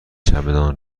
چمدان